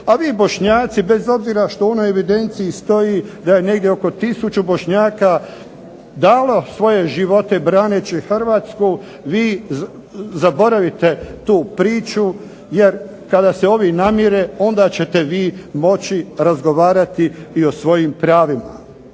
a vi Bošnjaci bez obzira što u onoj evidenciji stoji da je negdje oko tisuću Bošnjaka dalo svoje živote braneći Hrvatsku, vi zaboravite tu priču, jer kada se ovi namire, onda ćete vi moći razgovarati i o svojim pravima.